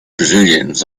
brazilians